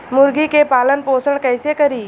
मुर्गी के पालन पोषण कैसे करी?